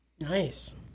Nice